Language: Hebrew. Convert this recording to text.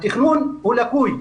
התכנון לקוי.